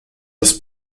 das